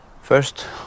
First